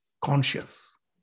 conscious